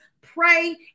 pray